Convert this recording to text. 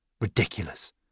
Ridiculous